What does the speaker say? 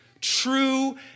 True